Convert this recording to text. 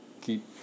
Keep